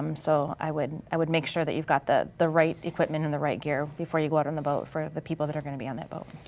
um so i would i would make sure that you've got the the right equipment and the right gear before you go out in the boat for the people that are going to be on that boat.